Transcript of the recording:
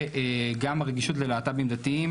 שגם הרגישות ללהט"בים דתיים,